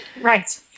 right